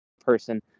person